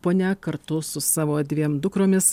ponia kartu su savo dviem dukromis